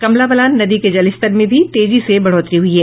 कमला बलान नदी के जलस्तर में भी तेजी से बढ़ोतरी हुई है